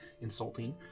insulting